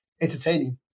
entertaining